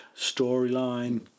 storyline